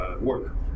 work